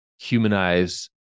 humanize